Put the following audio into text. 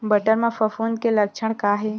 बटर म फफूंद के लक्षण का हे?